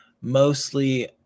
mostly